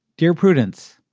dear prudence,